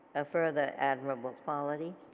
a further admirable quality,